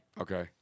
Okay